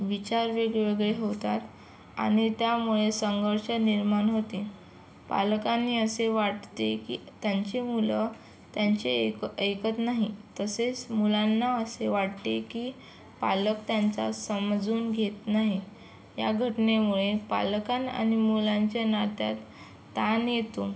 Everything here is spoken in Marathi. विचार वेगवेगळे होतात आणि त्यामुळे संघर्ष निर्माण होते पालकाने असे वाटते की त्यांचे मुलं त्यांचे ऐक ऐकत नाही तसेच मुलांना असे वाटते की पालक त्यांचा समजून घेत नाही या घटनेमुळे पालकांना आणि मुलांच्या नात्यात ताण येतो